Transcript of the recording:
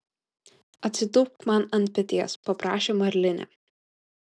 atsitūpk man ant peties paprašė marlinė